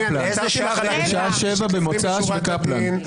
--- בשעה 19:00 במוצאי שבת בקפלן.